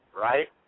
right